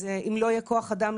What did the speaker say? אם לא יהיה כוח אדם,